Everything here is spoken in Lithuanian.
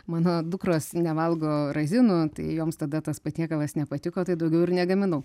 mano dukros nevalgo razinų tai joms tada tas patiekalas nepatiko tai daugiau ir negaminau